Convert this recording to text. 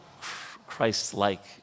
Christ-like